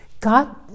God